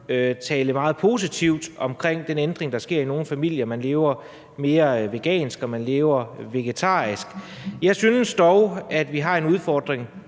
tale meget positivt om den ændring, der sker i nogle familier – at man lever mere vegansk, at man lever vegetarisk. Jeg synes dog, at vi har en udfordring